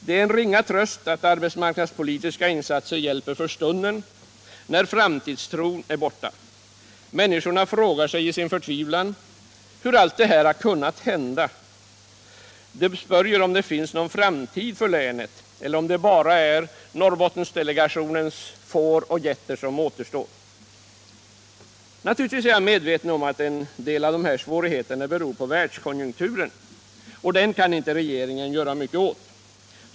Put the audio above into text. Det är en ringa tröst att arbetsmarknadspolitiska insatser hjälper för stunden, när framtidstron är borta. Människorna frågar sig i sin förtvivlan hur allt detta kunnat hända. De spörjer om det finns någon framtid för länet eller om det bara är Norrbottensdelegationens får och getter som återstår. Naturligtvis är jag medveten om att en del av svårigheterna beror på världskonjunkturen, och den kan inte regeringen göra mycket åt.